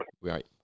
right